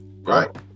right